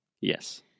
Yes